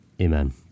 amen